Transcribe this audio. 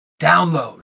download